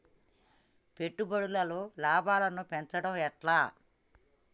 పెట్టుబడులలో లాభాలను పెంచడం ఎట్లా?